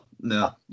No